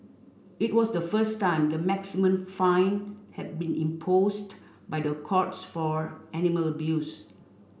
it was the first time the maximum fine had been imposed by the courts for animal abuse